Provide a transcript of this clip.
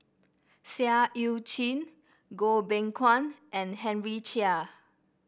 Seah Eu Chin Goh Beng Kwan and Henry Chia